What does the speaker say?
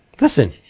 Listen